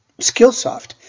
Skillsoft